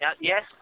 Yes